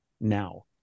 now